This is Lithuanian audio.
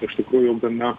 iš tikrųjų gana